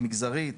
מגזרית.